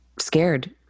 scared